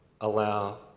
allow